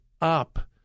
up